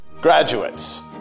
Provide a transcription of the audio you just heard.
Graduates